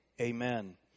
amen